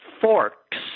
Forks